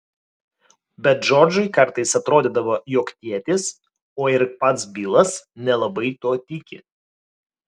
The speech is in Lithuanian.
bet džordžui kartais atrodydavo jog tėtis o ir pats bilas nelabai tuo tiki